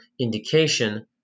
indication